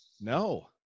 no